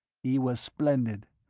he was splendid.